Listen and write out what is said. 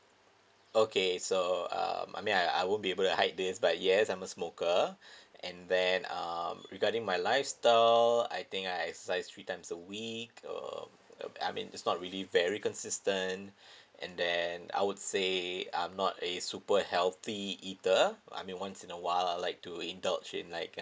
okay so um I mean I I would be able to hide this but yes I'm a smoker and then um regarding my lifestyle I think I exercise three times a week um I mean it's not really very consistent and then I would say I'm not a super healthy eater I mean once in a while I'll like to indulging like